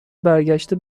برگشته